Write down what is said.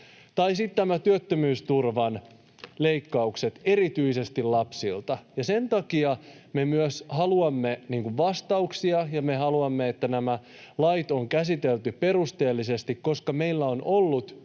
Tai sitten työttömyysturvan leikkaukset, erityisesti lapsilta. Sen takia me myös haluamme vastauksia, ja me haluamme, että nämä lait on käsitelty perusteellisesti, koska meillä on ollut